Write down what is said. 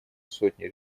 сотни